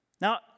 Now